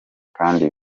kandi